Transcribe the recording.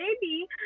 baby